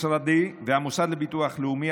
משרדי והמוסד לביטוח לאומי,